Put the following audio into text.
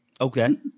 Okay